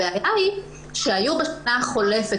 הבעיה היא שהיו בשנה החולפת,